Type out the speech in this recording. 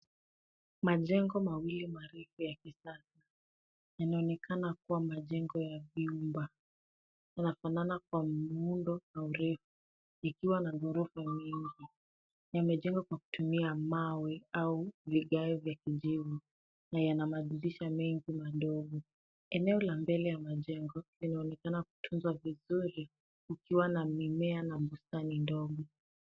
Majengo marefu mawili ya kisasa yanaonekana kuwa majengo ya vyumba; yanafanana kwa muundo na urefu likiwa na ghorofa nyingi. Yamejengwa kwa kutumia mawe au vigae vya kijivu, na yana madirisha mengi madogo. Eneo la mbele ya majengo linaonekana kutunzwa vizuri kukiwa na mimea na bustani ndogo.